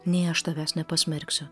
nei aš tavęs nepasmerksiu